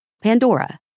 Pandora